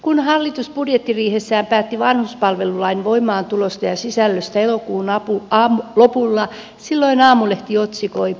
kun hallitus budjettiriihessään päätti vanhuspalvelulain voimaantulosta ja sisällöstä elokuun lopulla silloin aamulehti otsikoi